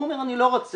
הוא אומר, אני לא רוצה.